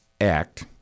Act